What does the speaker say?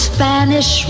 Spanish